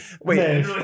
Wait